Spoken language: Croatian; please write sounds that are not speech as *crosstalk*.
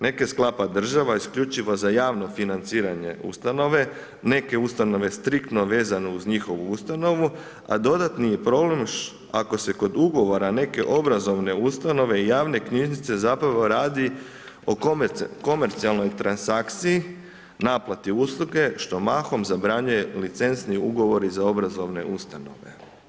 Neke sklapa država isključivo za javno financiranje ustanove, neke ustanove striktno vezane uz njihovu ustanovu a dodatni je problem ako se kod ugovora neke obrazovne ustanove i javne knjižnice ... *unintelligible* radi o komercijalnoj transakciji, naplati usluge što mahom zabranjuje licencni ugovori za obrazovne ustanove.